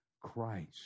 Christ